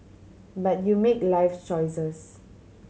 but you make life's choices